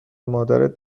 مادرت